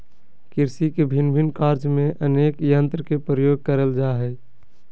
कृषि के भिन्न भिन्न कार्य में अनेक यंत्र के प्रयोग करल जा हई